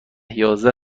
یازده